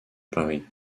paris